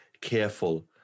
careful